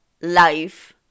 life